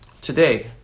today